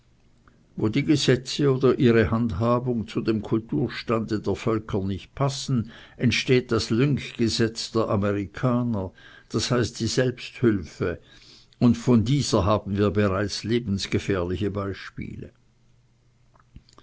wo die gesetze oder ihre handhabung zu dem kulturzustand der völker nicht passen entsteht das lynchgesetz der amerikaner das heißt die selbsthülfe und von dieser haben wir bereits lebensgefährliche beispiele